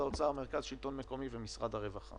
ה-80 שהממשלה הביאה.